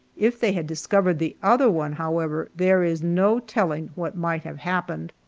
if they had discovered the other one, however, there is no telling what might have happened.